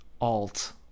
alt